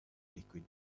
liquid